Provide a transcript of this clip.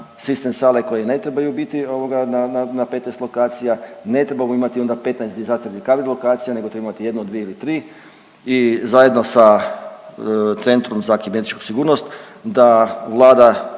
sistem sale koje ne trebaju biti ovoga na, na, na 15 lokacija, ne trebamo imati onda 15…/Govornik se ne razumije./…lokacija nego trebamo imati jednu, dvije ili tri i zajedno sa Centrom za kibernetičku sigurnost da Vlada